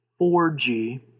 4G